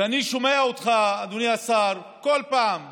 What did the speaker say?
ואני שומע אותך, אדוני השר, כל פעם באי-אמון.